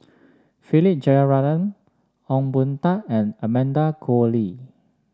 Philip Jeyaretnam Ong Boon Tat and Amanda Koe Lee